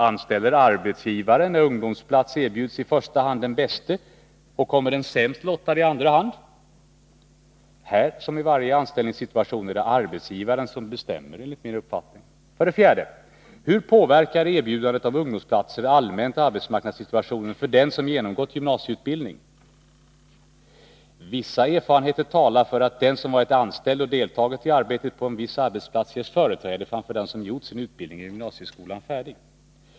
Anställer arbetsgivaren — när ungdomsplats erbjudes —i första hand den bäste, och kommer den sämst lottade i andra hand? Här som i varje anställningssituation är det enligt min uppfattning arbetsgivaren som bestämmer. 4. Hur påverkar erbjudandet om ungdomsplatser allmänt arbetsmarknadssituationen för den som genomgått gymnasieutbildning? Vissa erfarenheter talar för att den som varit anställd och deltagit i arbetet på en viss arbetsplats ges företräde framför dem som gjort sin utbildning i gymnasieskolan färdig.